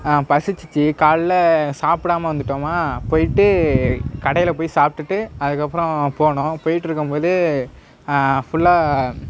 பசிச்சிச்சு காலைல சாப்டாமல் வந்துட்டோமா போயிட்டு கடையில் போய் சாப்பிடுட்டு அதுக்கப்புறம் போனோம் போயிட்டுருக்கும் போது ஃபுல்லாக